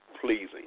pleasing